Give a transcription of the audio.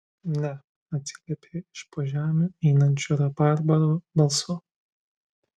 ne atsiliepė iš po žemių einančiu rabarbaro balsu